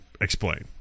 explain